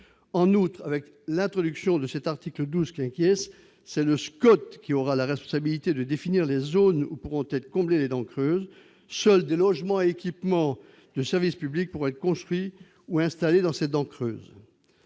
En outre, avec l'introduction de cet article 12 , c'est le SCOT qui aura la responsabilité de définir les zones où pourront être comblées les dents creuses. Seuls des logements et équipements de service public pourraient être construits ou installés dans ces dents creuses.